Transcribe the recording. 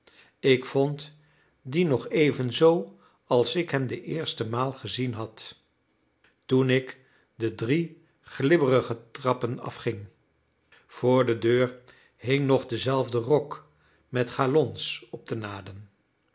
ik vond dien nog evenzoo als ik hem de eerste maal gezien had toen ik de drie glibberige trappen afging voor de deur hing nog dezelfde rok met galons op de naden